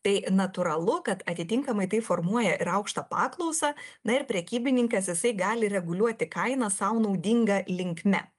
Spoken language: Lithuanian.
tai natūralu kad atitinkamai tai formuoja ir aukštą paklausą na ir prekybininkas jisai gali reguliuoti kainą sau naudinga linkme